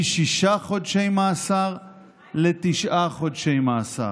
משישה חודשי מאסר לתשעה חודשי מאסר.